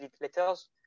letters